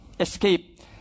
Escape